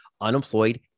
unemployed